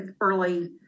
early